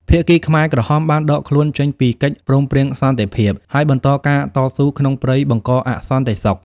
ភាគីខ្មែរក្រហមបានដកខ្លួនចេញពីកិច្ចព្រមព្រៀងសន្តិភាព ហើយបន្តការតស៊ូក្នុងព្រៃបង្កអសន្តិសុខ។